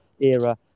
era